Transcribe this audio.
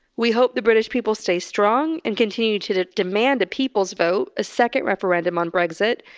we hope the british people stay strong and continue to to demand a people's vote. a second referendum on brexit.